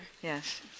Yes